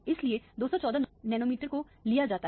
इसलिए 214 नैनोमीटर को लिया जाता है